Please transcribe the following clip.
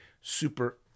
Super